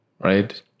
Right